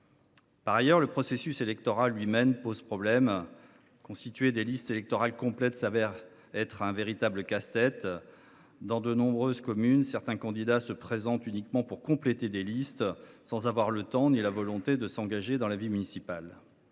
Par ailleurs, le processus électoral lui même pose problème. Constituer des listes électorales complètes se révèle un véritable casse tête. Dans de nombreuses communes, certains candidats se présentent uniquement pour compléter des listes, sans avoir le temps ni la volonté de s’engager dans la vie municipale.